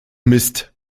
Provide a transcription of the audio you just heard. mist